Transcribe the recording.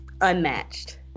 unmatched